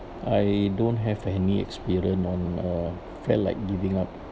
I don't have any experience on uh felt like giving up